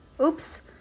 Oops